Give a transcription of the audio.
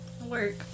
Work